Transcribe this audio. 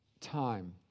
time